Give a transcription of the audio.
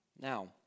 Now